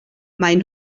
maen